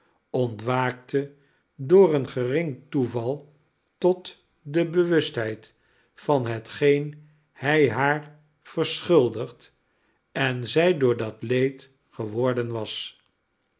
ontwaakte door een gering toeval tot de bewustheid van hetgeen hij haar verschuldigd en zij door dat leed geworden was